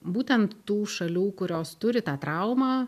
būtent tų šalių kurios turi tą traumą